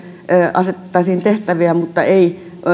asetettaisiin tehtäviä mutta ei